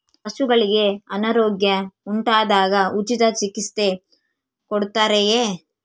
ಪಶುಗಳಿಗೆ ಅನಾರೋಗ್ಯ ಉಂಟಾದಾಗ ಉಚಿತ ಚಿಕಿತ್ಸೆ ಕೊಡುತ್ತಾರೆಯೇ?